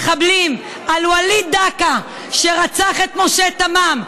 על מחבלים, על וליד דקה, שרצח את משה תמם,